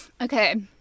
okay